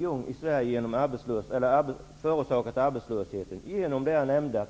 Hur mycket av arbetslösheten har regeringen själv förorsakat genom